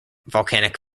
volcanic